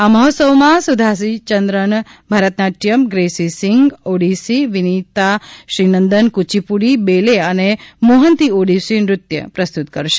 આ મહોત્સવમાં સુધાજી ચંદ્રન ભરતનાટ્યમ ગ્રેસી સીંગ ઓડિશી વિનિતા શ્રીનંદન કુચીપુડી બેલે અને મોહંતિ ઓડિશી નૃત્ય પ્રસ્તુત કરશે